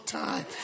time